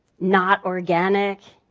not organic,